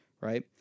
right